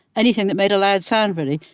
anything that made a loud sound, really.